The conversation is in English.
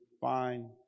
fine